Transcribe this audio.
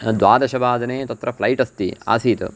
द्वादशवादने तत्र फ़्लैट् अस्ति आसीत्